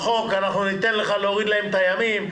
בחוק אנחנו ניתן לך להוריד להם את הימים,